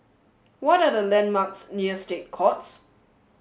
what are the landmarks near State Courts